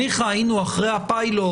ניחא היינו אחרי הפילוט,